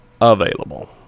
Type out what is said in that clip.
available